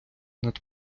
над